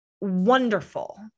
wonderful